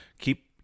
keep